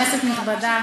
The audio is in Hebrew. נכבדה,